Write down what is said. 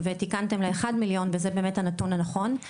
ותיקנתם ל- 1 מיליון טון וזה באמת הנתון הנכון,